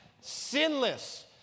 sinless